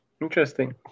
Interesting